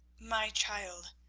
my child,